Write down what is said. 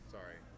sorry